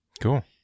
Cool